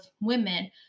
women